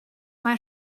mae